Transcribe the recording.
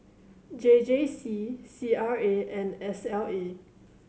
J J C C R A and S L A